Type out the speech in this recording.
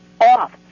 off